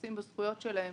עושים בזכויות שלהם